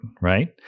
right